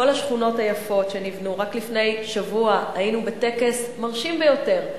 כל השכונות היפות שנבנו: רק לפני שבוע היינו בטקס מרשים ביותר,